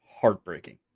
heartbreaking